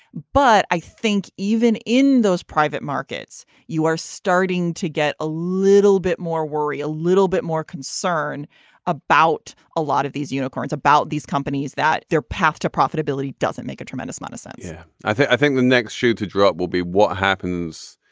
but i think even in those private markets you are starting to get a little bit more worry a little bit more concern about a lot of these unicorns about these companies that their path to profitability doesn't make a tremendous amount of sense yeah i think i think the next shoe to drop will be what happens.